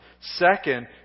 Second